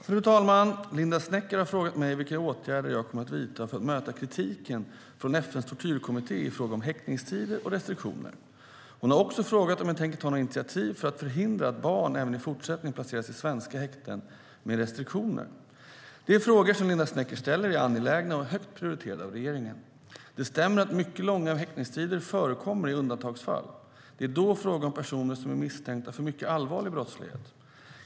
Fru talman! Linda Snecker har frågat mig vilka åtgärder jag kommer att vidta för att möta kritiken från FN:s tortyrkommitté i fråga om häktningstider och restriktioner. Hon har också frågat om jag tänker ta några initiativ för att förhindra att barn även i fortsättningen placeras i svenska häkten med restriktioner. De frågor som Linda Snecker ställer är angelägna och högt prioriterade av regeringen. Det stämmer att mycket långa häktningstider förekommer i undantagsfall. Det är då fråga om personer som är misstänkta för mycket allvarlig brottslighet.